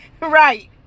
Right